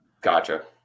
Gotcha